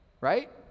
right